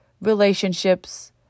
relationships